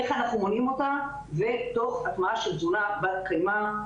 איך אנחנו מונעים אותה ותוך הטמעה של תזונה בת קיימא,